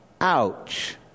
Ouch